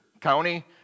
county